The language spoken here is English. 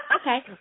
Okay